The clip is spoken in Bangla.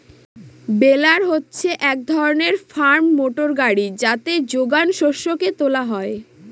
বেলার হচ্ছে এক ধরনের ফার্ম মোটর গাড়ি যাতে যোগান শস্যকে তোলা হয়